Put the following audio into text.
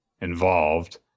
involved